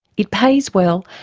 it pays well,